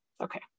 Okay